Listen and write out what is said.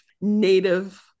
native